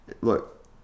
look